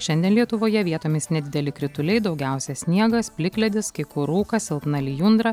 šiandien lietuvoje vietomis nedideli krituliai daugiausia sniegas plikledis kai kur rūkas silpna lijundra